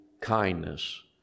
kindness